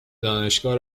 دانشگاه